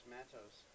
Matos